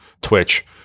Twitch